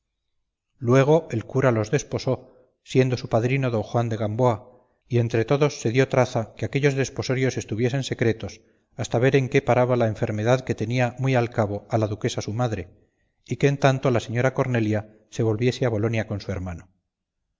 luego el cura los desposó siendo su padrino don juan de gamboa y entre todos se dio traza que aquellos desposorios estuviesen secretos hasta ver en qué paraba la enfermedad que tenía muy al cabo a la duquesa su madre y que en tanto la señora cornelia se volviese a bolonia con su hermano